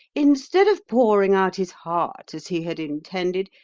instead of pouring out his heart as he had intended,